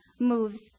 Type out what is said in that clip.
moves